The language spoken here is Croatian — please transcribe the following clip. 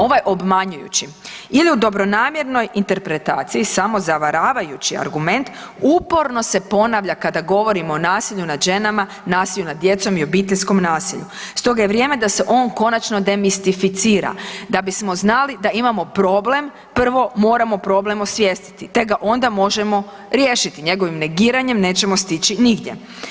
Ovaj obmanjujući, ili u dobronamjernoj interpretaciji samozavaravajući argument uporo se ponavlja kada govorimo o nasilju nad ženama, nasilju nad djecom i obiteljskom nasilju, stoga je vrijeme da se on konačno demistificira, da bismo znali da imamo problem, prvo moram problem osvijestiti te ga onda možemo riješiti, njegovim negiranjem nećemo stići nigdje.